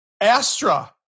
Astra